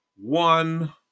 one